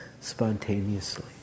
spontaneously